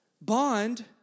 bond